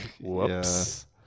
Whoops